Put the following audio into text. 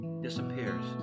disappears